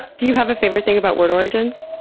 do you have a favorite thing about word origins?